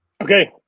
Okay